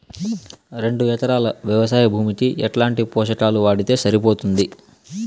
రెండు ఎకరాలు వ్వవసాయ భూమికి ఎట్లాంటి పోషకాలు వాడితే సరిపోతుంది?